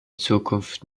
zukunft